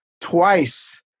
twice